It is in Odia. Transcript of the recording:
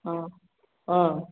ହଁ ହଁ